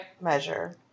measure